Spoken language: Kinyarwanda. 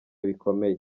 bikomeye